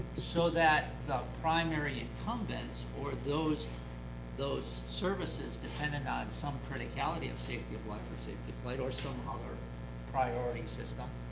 so that the primary incumbents or those those services dependent on some criticality of safety of life or safety of flight or some other priority system